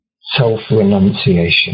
self-renunciation